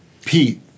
Pete